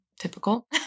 typical